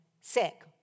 sick